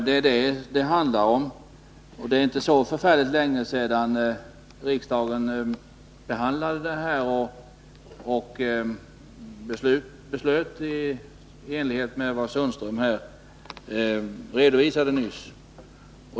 Det är vad det handlar om, och det är inte så förfärligt länge sedan riksdagen behandlade ärendet och beslöt i enlighet med vad Sten-Ove Sundström redovisade nyss.